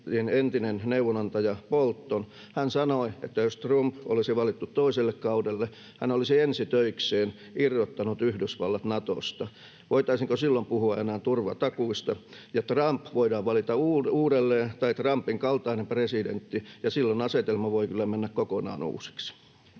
entinen neuvonantaja Bolton. Hän sanoi, että jos Trump olisi valittu toiselle kaudelle, hän olisi ensi töikseen irrottanut Yhdysvallat Natosta. Voitaisiinko silloin puhua enää turvatakuista? Ja Trump tai Trumpin kaltainen presidentti voidaan valita uudelleen, ja silloin asetelma voi kyllä mennä kokonaan uusiksi.